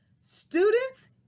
students